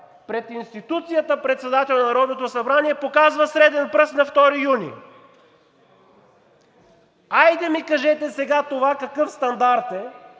пред институцията „Председател на Народното събрание“ показва среден пръст на 2 юни. Айде ми кажете сега това какъв стандарт е,